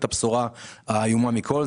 מדובר במילואימניקים שנותנים את הבשורה האיומה מכל.